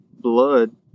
blood